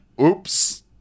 oops